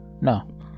no